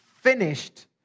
finished